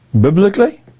Biblically